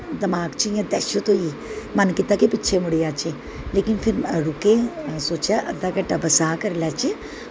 दमाक च इ'यां दैह्शत होई मन कीता कि पिच्छें मुड़ी जाच्चे लेकिन फिर रुके असें सोचेआ अद्धा घैंटा बसांऽ करी लैच्चै